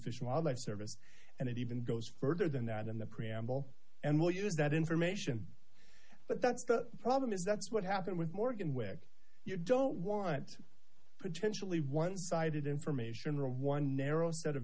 and wildlife service and it even goes further than that in the preamble and we'll use that information but that's the problem is that's what happened with morgan wick you don't want potentially one sided information or one narrow set of